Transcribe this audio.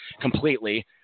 completely